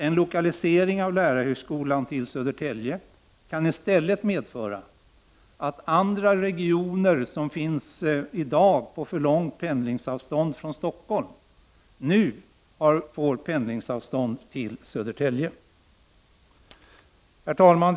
En lokalisering av lärarhögskolan till Södertälje kan i stället medföra att andra regioner, som i dag ligger på för långt pendlingsavstånd från Stockholm, nu får pendlingsavstånd till Södertälje. Herr talman!